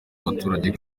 abaturage